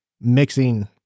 mixing